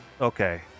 Okay